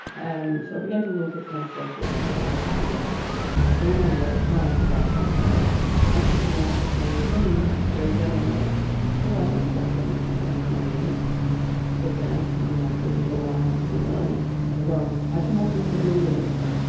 um so i began to look at myself with a lot more empathy because all my work prior to that was going i'm sorting out what's wrong with me. whereas then i'm like oh i know what's wrong with me i know my limits but then i turn my critical eye onto the world and run. i can also see your limits.